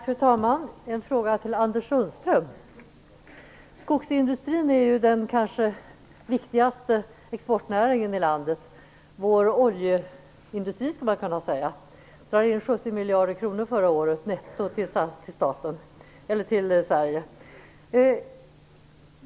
Fru talman! Jag har en fråga till Anders Sundström. Skogsindustrin är ju den kanske viktigaste exportnäringen i landet - vår oljeindustri, skulle man kunna säga. Den drog förra året in 70 miljarder kronor netto till Sverige.